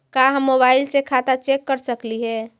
का हम मोबाईल से खाता चेक कर सकली हे?